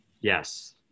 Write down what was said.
Yes